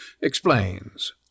explains